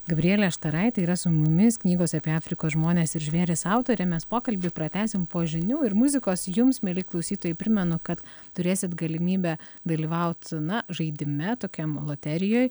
gabrielė štaraitė yra su mumis knygos apie afrikos žmones ir žvėris autorė mes pokalbį pratęsim po žinių ir muzikos jums mieli klausytojai primenu kad turėsit galimybę dalyvaut na žaidime tokiam loterijoj